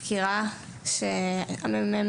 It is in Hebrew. התקשרנו לרופאי צלילה שהם גם רופאי ילדים,